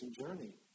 journey